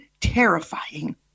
terrifying